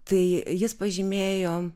tai jis pažymėjo